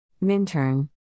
Minturn